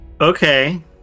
okay